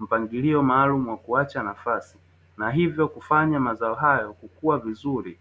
mpangilio maalumu wa kuacha nafasi na hivyo kufanya mazao hayo kukua vizuri.